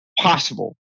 possible